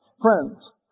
Friends